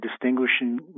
distinguishing